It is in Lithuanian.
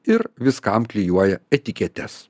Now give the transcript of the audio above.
ir viskam klijuoja etiketes